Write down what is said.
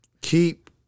keep